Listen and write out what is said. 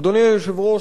אדוני היושב-ראש,